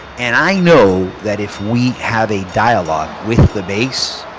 and i know that if we have a dialogue with the base,